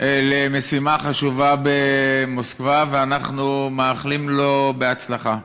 למשימה חשובה במוסקבה, ואנחנו מאחלים לו בהצלחה.